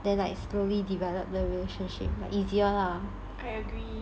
then like slowly develop the relationship easier lah